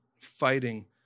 fighting